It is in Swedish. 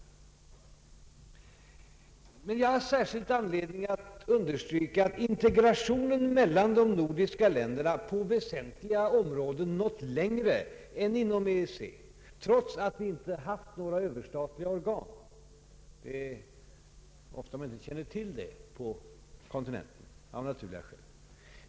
Men jag har haft särskild anledning understryka att integrationen mellan de nordiska länderna på väsentliga områden nått längre än inom EEC, trots att vi inte haft några överstatliga organ. Ofta känner man av naturliga skäl inte till det på kontinenten.